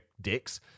dicks